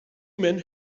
men